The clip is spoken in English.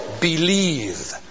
believe